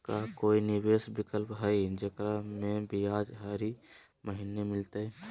का कोई निवेस विकल्प हई, जेकरा में ब्याज हरी महीने मिलतई?